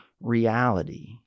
reality